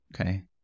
okay